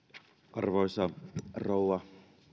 arvoisa rouva